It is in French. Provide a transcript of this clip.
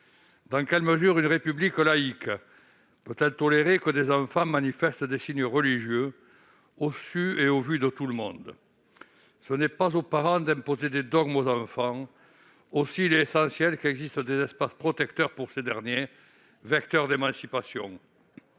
Dans quelle mesure une République laïque peut-elle tolérer que des enfants manifestent des signes religieux au su et au vu de tous ? Ce n'est pas aux parents d'imposer des dogmes aux enfants. Aussi, il est essentiel qu'existent des espaces protecteurs, vecteurs d'émancipation,